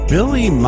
Billy